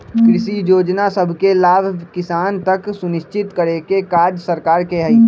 कृषि जोजना सभके लाभ किसान तक सुनिश्चित करेके काज सरकार के हइ